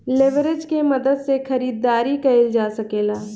leverage के मदद से खरीदारी कईल जा सकेला